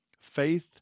faith